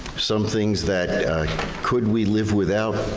some things that could we live without,